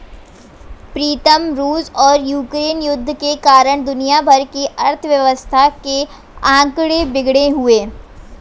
प्रीतम रूस और यूक्रेन युद्ध के कारण दुनिया भर की अर्थव्यवस्था के आंकड़े बिगड़े हुए